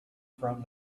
from